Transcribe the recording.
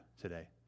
today